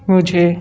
कूदो